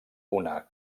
una